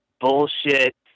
bullshit